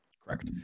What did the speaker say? Correct